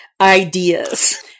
ideas